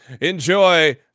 Enjoy